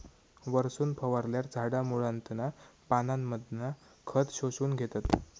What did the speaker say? वरसून फवारल्यार झाडा मुळांतना पानांमधना खत शोषून घेतत